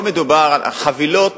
פה מדובר על חבילות.